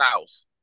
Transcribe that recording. house